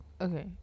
Okay